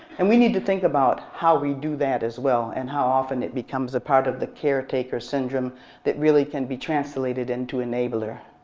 and we need to think about how we do that as well and how often it becomes a part of the caretaker syndrome that really can be translated into enabling.